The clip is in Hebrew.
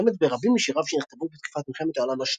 הקיימת ברבים משיריו שנכתבו בתקופת מלחמת העולם השנייה,